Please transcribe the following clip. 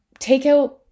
Takeout